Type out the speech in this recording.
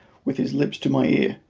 with his lips to my ear.